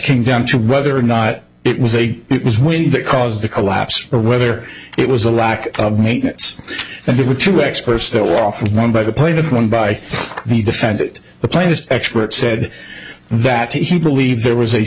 came down to whether or not it was a it was wind that caused the collapse or whether it was a lack of maintenance and there were two experts though off one by the plaintiff one by the defend the plainest expert said that he believed there was a